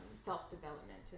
self-development